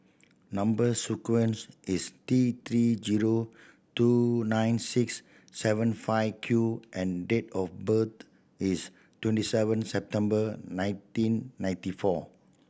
number sequence is T Three zero two nine six seven five Q and date of birth is twenty seven September nineteen ninety four